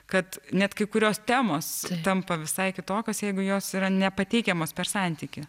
kad net kai kurios temos tampa visai kitokios jeigu jos yra nepateikiamos per santykį